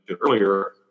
earlier